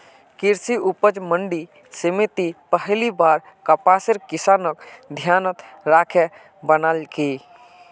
कृषि उपज मंडी समिति पहली बार कपासेर किसानक ध्यानत राखे बनैयाल की